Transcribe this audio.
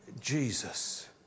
Jesus